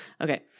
Okay